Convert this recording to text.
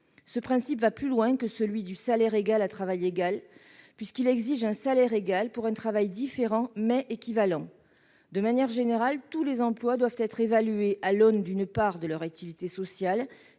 Ce principe va plus loin que le principe « à travail égal, salaire égal », puisqu'il exige un salaire égal pour un travail différent, mais équivalent. De manière générale, tous les emplois doivent être évalués à l'aune, d'une part, de leur utilité sociale,